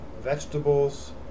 Vegetables